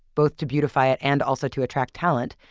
both to beautify it and also to attract talent,